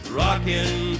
rocking